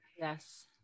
Yes